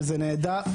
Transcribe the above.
שזה נהדר,